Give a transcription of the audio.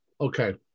Okay